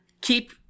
keep